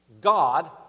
God